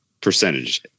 Percentage